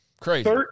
Crazy